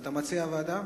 אתה מציע ועדה?